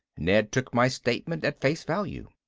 ned took my statement at face value.